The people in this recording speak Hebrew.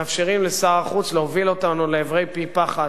מאפשרים לשר החוץ להוביל אותנו לעברי פי פחת,